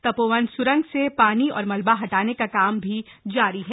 तपोवन सुरंग से पानी और मलबा हटाने का काम भी जारी है